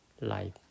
life